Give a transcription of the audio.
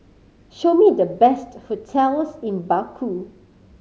show me the best hotels in Baku